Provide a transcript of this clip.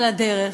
על הדרך,